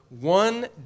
one